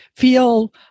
feel